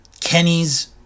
Kenny's